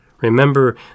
Remember